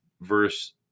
verse